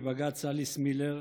בבג"ץ אליס מילר,